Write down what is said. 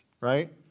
right